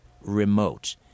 remote